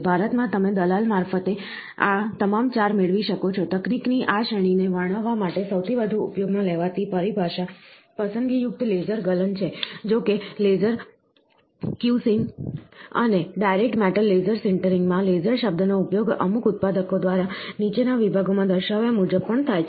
ભારતમાં તમે દલાલ મારફતે આ તમામ 4 મેળવી શકો છો તકનિકની આ શ્રેણીને વર્ણવવા માટે સૌથી વધુ ઉપયોગમાં લેવાતી પરિભાષા પસંદગીયુક્ત લેસર ગલન છે જોકે લેસર ક્યુસિંગ અને ડાયરેક્ટ મેટલ લેસર સિન્ટરિંગમાં લેસર શબ્દનો ઉપયોગ અમુક ઉત્પાદકો દ્વારા નીચેના વિભાગોમાં દર્શાવ્યા મુજબ પણ થાય છે